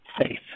faith